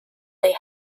they